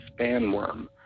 Spanworm